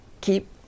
keep